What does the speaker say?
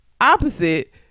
Opposite